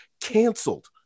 canceled